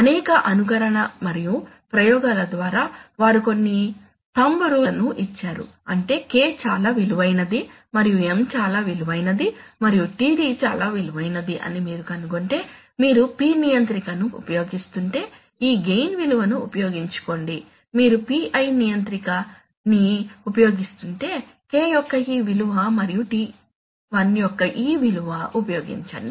అనేక అనుకరణ మరియు ప్రయోగాల ద్వారా వారు కొన్ని థంబ్ రూల్ లను ఇచ్చారు అంటే K చాలా విలువైనది మరియు M చాలా విలువైనది మరియు td చాలా విలువైనది అని మీరు కనుగొంటే మీరు P నియంత్రికను ఉపయోగిస్తుంటే ఈ గెయిన్ విలువను ఉపయోగించుకోండి మీరు PI నియంత్రిక ని ఉపయోగిస్తుంటే K యొక్క ఈ విలువ మరియు TI యొక్క ఈ విలువ ఉపయోగించండి